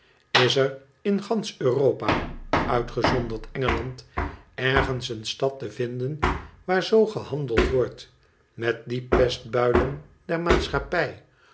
is er in gansch europa uitgezonderd engeland ergens een stad te vinden waar z gehandeld wordt met die pestbuilen der maatschappij